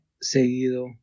seguido